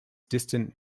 distant